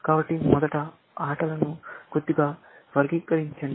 కాబట్టి మొదట ఆటలను కొద్దిగా వర్గీకరించండి